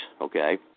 okay